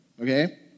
okay